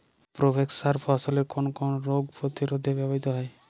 Provex সার ফসলের কোন কোন রোগ প্রতিরোধে ব্যবহৃত হয়?